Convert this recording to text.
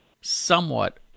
somewhat